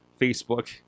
Facebook